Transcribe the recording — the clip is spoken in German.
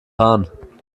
fahren